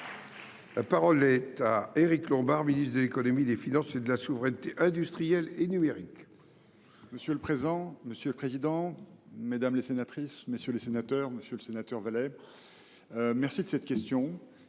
La parole est à M. le ministre de l’économie, des finances et de la souveraineté industrielle et numérique.